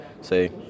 say